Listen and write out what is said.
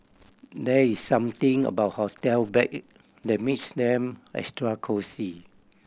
there is something about hotel bed that makes them extra cosy